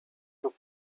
took